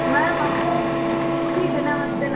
ma'am हमको ठीक है नमस्ते नम